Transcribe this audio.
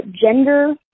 Gender